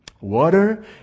water